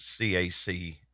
CAC